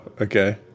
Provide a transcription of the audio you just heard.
Okay